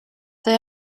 they